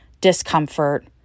discomfort